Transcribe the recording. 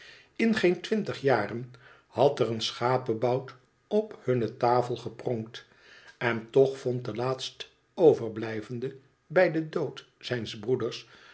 in geen twintig jaren had er een schapebout op hunne tafel gepronkt en toch vond de laatst overblijvende bij den dood zijns broeders